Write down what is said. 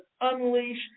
unleash